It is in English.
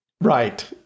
Right